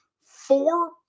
four